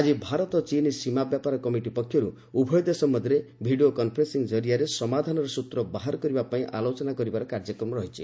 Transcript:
ଆଜି ଭାରତ ଚୀନ ସୀମା ବ୍ୟାପାର କମିଟି ପକ୍ଷରୁ ଉଭୟ ଦେଶ ମଧ୍ୟରେ ଭିଡ଼ିଓ କନ୍ଫରେନ୍ ି ଜରିଆରେ ସମାଧାନର ସ୍ତ୍ର ବାହାର କରିବା ପାଇଁ ଆଲୋଚନା କରିବାର କାର୍ଯ୍ୟକ୍ରମ ରହିଛି